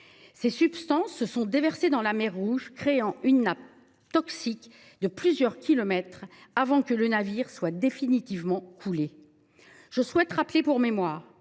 Ces substances se sont déversées dans la mer Rouge, créant une nappe toxique de plusieurs kilomètres de long, avant que le navire ne soit définitivement coulé. Je souhaite rappeler, pour mémoire,